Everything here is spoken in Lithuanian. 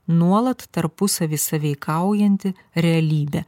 nuolat tarpusavy sąveikaujanti realybė